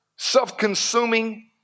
self-consuming